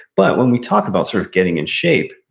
but when we talk about sort of getting in shape,